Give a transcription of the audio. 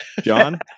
John